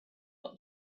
what